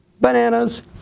bananas